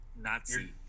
Nazi